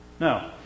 No